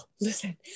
listen